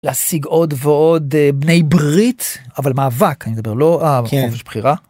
להשיג עוד ועוד בני ברית אבל מאבק אני לא אהה חופש בחירה